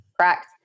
Correct